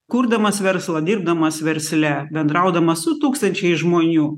kurdamas verslą dirbdamas versle bendraudamas su tūkstančiais žmonių